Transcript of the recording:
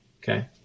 Okay